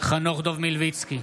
חנוך דב מלביצקי,